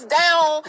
down